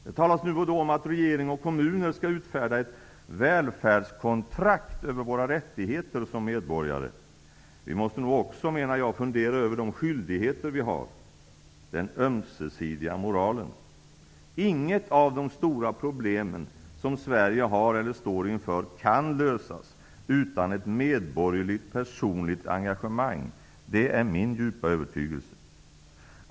Det talas nu och då om att regering och kommuner skall utfärda ett välfärdskontrakt över våra rättigheter som medborgare. Jag menar att vi nog också måste fundera över de skyldigheter som vi har, den ömsesidiga moralen. Inget av de stora problem som Sverige har eller står inför kan lösas utan ett medborgerligt, personligt engagemang -- det är min djupa övertygelse.